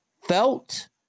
felt